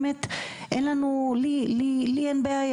באמת אין לי בעיה.